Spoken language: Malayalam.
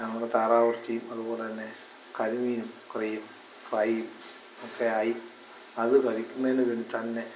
ഞങ്ങളുടെ താറവിറച്ചിം അതുപോലെ തന്നെ കരിമീനും കറിയും ഫ്രൈയ്യും ഒക്കെയായി അത് കഴിക്കുന്നതിന് വേണ്ടിത്തന്നെ